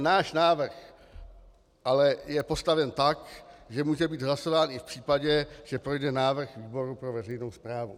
Náš návrh ale je postaven tak, že může být hlasován i v případě, že projde návrh výboru pro veřejnou správu.